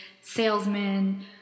salesmen